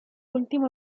último